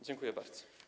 Dziękuję bardzo.